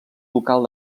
ducal